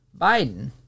biden